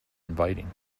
inviting